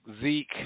Zeke